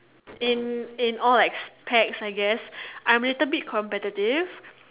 in in all aspects I guess I'm a little bit competitive